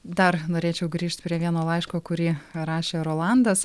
dar norėčiau grįžt prie vieno laiško kurį rašė rolandas